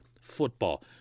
football